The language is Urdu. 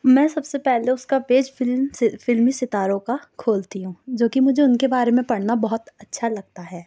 میں سب سے پہلے اس کا پیج فلم فلمی ستاروں کا کھولتی ہوں جو کہ مجھے ان کے بارے میں پڑھنا بہت اچھا لگتا ہے